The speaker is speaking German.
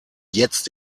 jetzt